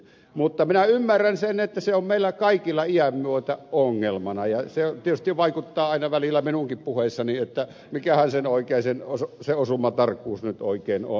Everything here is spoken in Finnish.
mutta minä ymmärrän sen että se on meillä kaikilla iän myötä ongelmana ja se tietysti vaikuttaa aina välillä minunkin puheissanilta mikä on sen oikeisiin puheissani mikähän osumatarkkuus nyt oikein on